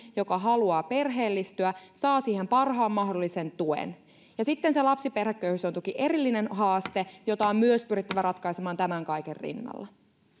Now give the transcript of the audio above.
joka haluaa perheellistyä saa siihen parhaan mahdollisen tuen ja sitten se lapsiperheköyhyys on toki erillinen haaste jota myös on pyrittävä ratkaisemaan tämän kaiken rinnalla